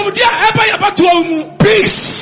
Peace